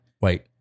Wait